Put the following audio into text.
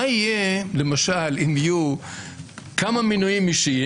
מה יהיה למשל אם יהיו כמה מינויים אישיים